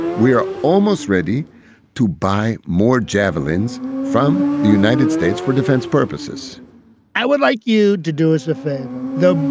we are almost ready to buy more javelins from the united states for defense purposes i would like you to do us a favor, though,